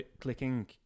clicking